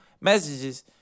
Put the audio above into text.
messages